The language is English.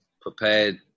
prepared